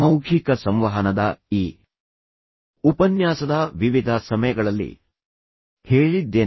ಅಮೌಖಿಕ ಸಂವಹನದ ಈ ಉಪನ್ಯಾಸದ ವಿವಿಧ ಸಮಯಗಳಲ್ಲಿ ಹೇಳಿದ್ದೇನೆ